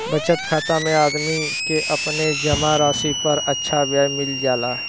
बचत खाता में आदमी के अपने जमा राशि पर अच्छा ब्याज मिल जाला